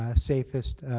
ah safest,